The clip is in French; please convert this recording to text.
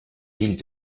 villes